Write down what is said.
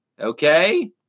Okay